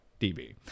db